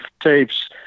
tapes